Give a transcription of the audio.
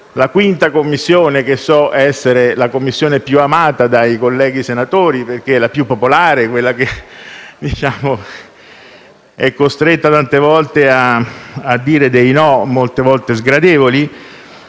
La 5a Commissione - che so essere la Commissione più «amata» dai colleghi senatori, perché è la più «popolare», quella che è costretta tante volte a dire dei «no» molte volte sgradevoli